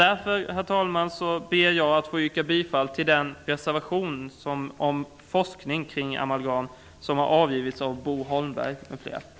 Därför, herr talman, ber jag att få yrka bifall till den reservation om forskning kring amalgam som har avgivits av Bo Holmberg m.fl.